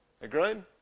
Agreed